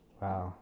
wow